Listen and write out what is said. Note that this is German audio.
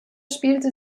spielte